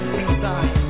inside